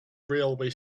railway